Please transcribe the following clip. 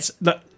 look